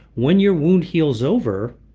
when your wound heals over.